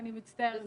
אני מצטערת,